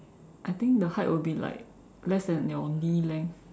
I think the height will be like less than your knee length